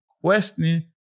questioning